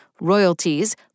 royalties